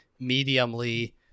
mediumly